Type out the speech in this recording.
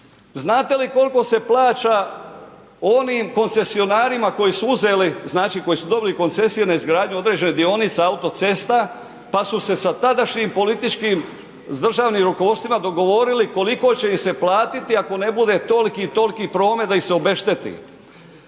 Znate li koliko se plaća onim koncesionarima koji su uzeli, znači koji su dobili koncesiju na izgradnju određene dionice autocesta pa su se sa tadašnjim političkim, s državnim rukovodstvima dogovorili koliko će im se platiti ako ne bude toliki i toliki promet da ih se obešteti.